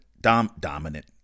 dominant